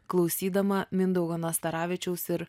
klausydama mindaugo nastaravičiaus ir